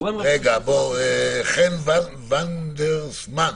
חן וונדרסמן,